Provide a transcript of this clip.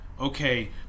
okay